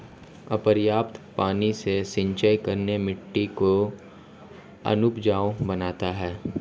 अपर्याप्त पानी से सिंचाई करना मिट्टी को अनउपजाऊ बनाता है